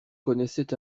connaissait